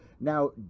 now